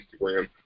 Instagram